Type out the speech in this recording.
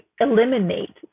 eliminate